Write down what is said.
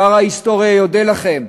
שר ההיסטוריה יודה לכם,